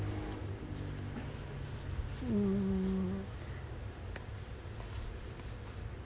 mm